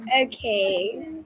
okay